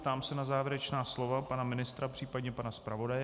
Ptám se na závěrečná slova pana ministra případně pana zpravodaje.